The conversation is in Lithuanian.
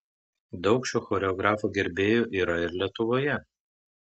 daug šio choreografo gerbėjų yra ir lietuvoje